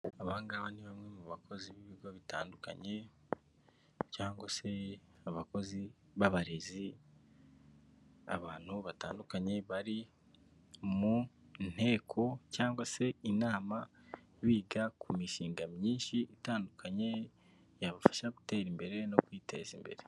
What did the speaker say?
Abangana ni bamwe mu bakozi b'ibigo bitandukanye cyangwa se abakozi b'abarezi, abantu batandukanye bari mu nteko cyangwa se inama biga ku mishinga myinshi itandukanye yabafasha gutera imbere no kwiteza imbere.